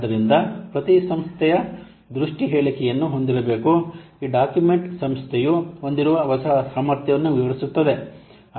ಆದ್ದರಿಂದ ಪ್ರತಿ ಸಂಸ್ಥೆಯು ದೃಷ್ಟಿ ಹೇಳಿಕೆಯನ್ನು ಹೊಂದಿರಬೇಕು ಈ ಡಾಕ್ಯುಮೆಂಟ್ ಸಂಸ್ಥೆಯು ಹೊಂದಿರುವ ಹೊಸ ಸಾಮರ್ಥ್ಯವನ್ನು ವಿವರಿಸುತ್ತದೆ